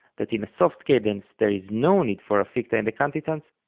that in a soft cadence there is no need for a ficta in the cantizans,